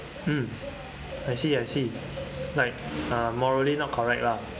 mm I see I see like uh morally not correct lah